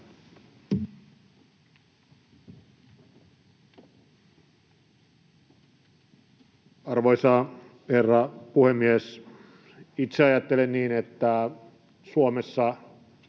Arvoisa herra puhemies! Itse ajattelen niin, että Suomeen